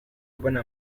mbona